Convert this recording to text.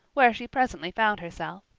where she presently found herself.